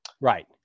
right